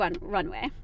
Runway